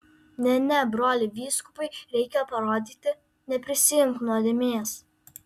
ne ne broli vyskupui reikia parodyti neprisiimk nuodėmės